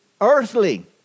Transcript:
earthly